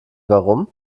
warum